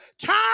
time